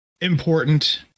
important